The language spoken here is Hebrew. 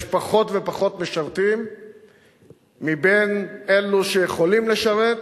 יש פחות ופחות משרתים מבין אלה שיכולים לשרת,